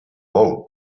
bou